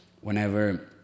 whenever